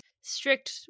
strict